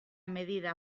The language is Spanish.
medida